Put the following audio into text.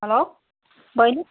hello बहिनी